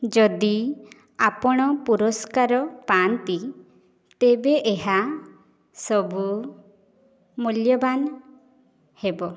ଯଦି ଆପଣ ପୁରସ୍କାର ପାଆନ୍ତି ତେବେ ଏହା ସବୁ ମୂଲ୍ୟବାନ ହେବ